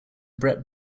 brett